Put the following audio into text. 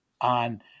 on